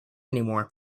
anymore